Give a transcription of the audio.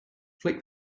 flick